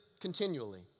continually